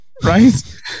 right